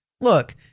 look